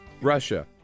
Russia